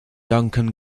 duncan